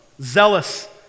zealous